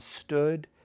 stood